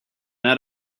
that